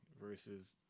versus